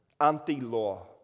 anti-law